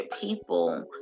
people